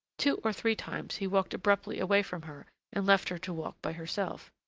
two or three times he walked abruptly away from her and left her to walk by herself.